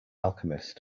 alchemist